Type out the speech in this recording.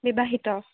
বিবাহিত